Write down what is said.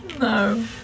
No